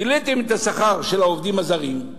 העליתם את השכר של העובדים הזרים,